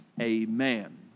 Amen